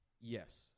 Yes